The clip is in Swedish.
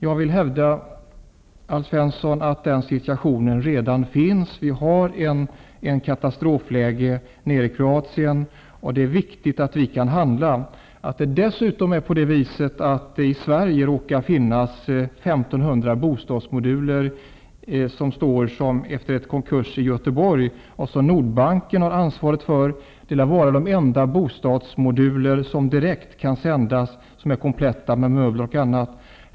Jag vill hävda, Alf Svensson, att den situationen redan föreligger. Det råder ett katastrofläge i Kroatien, och det är viktigt att vi kan handla. Dessutom råkar det i Sverige efter en konkurs i Göteborg finnas 1 500 bostadsmoduler som Nordbanken har ansvaret för. Det lär vara de enda bostadsmoduler som direkt kan sändas i väg, kompletta med möbler och annat.